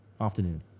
afternoon